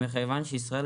מכיוון שישראל,